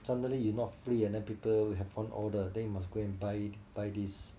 suddenly you not free and then people have some order then you must go and buy buy this